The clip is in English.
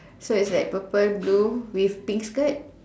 so is like purple blue with pink skirt